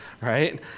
right